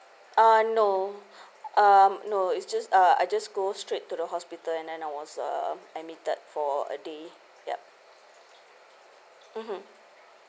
uh no um no it's just uh I just go straight to the hospital and then I was uh admitted for a day yup mmhmm